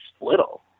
little